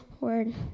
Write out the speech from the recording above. word